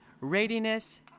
readiness